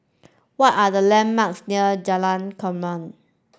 what are the landmarks near Jalan Kelempong